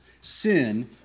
Sin